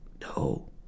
no